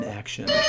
action